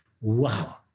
Wow